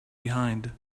behind